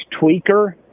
tweaker